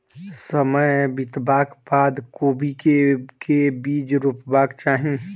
समय बितबाक बाद कोबी केँ के बीज रोपबाक चाहि?